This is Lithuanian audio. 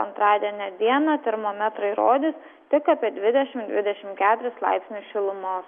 antradienio dieną termometrai rodys tik apie dvidešim dvidešim keturis laipsnius šilumos